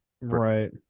Right